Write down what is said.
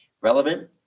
relevant